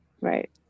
Right